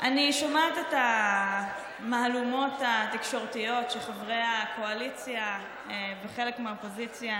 אני שומעת את המהלומות התקשורתיות שחברי הקואליציה וחלק מהאופוזיציה